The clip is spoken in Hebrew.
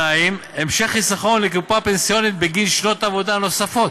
2. המשך חיסכון לקופה פנסיונית בגין שנות עבודה נוספות,